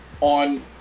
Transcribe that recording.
on